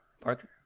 Parker